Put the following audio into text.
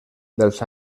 dels